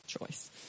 choice